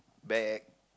bag